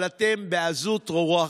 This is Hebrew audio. אבל אתם, בעזות רוח,